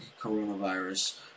coronavirus